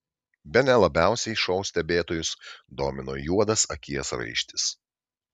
bene labiausiai šou stebėtojus domino juodas akies raištis